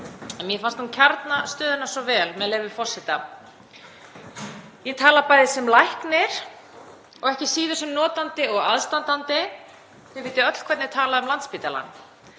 að mér fannst hún kjarna stöðuna svo vel, með leyfi forseta: Ég tala bæði sem læknir og ekki síður sem notandi og aðstandandi. Þið vitið öll hvernig talað er um Landspítalann.